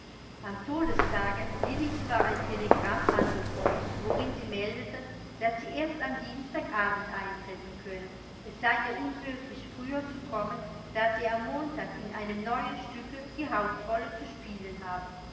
am todestage lillis war ein telegramm angekommen worin sie meldete daß sie erst am dienstag abend eintreffen könne es sei ihr unmöglich früher zu kommen da sie am montag in einem neuen stücke die hauptrolle zu spielen habe